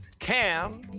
cam,